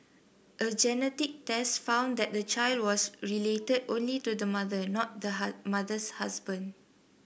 a genetic test found that the child was related only to the mother not the mother's husband